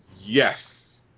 Yes